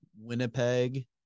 Winnipeg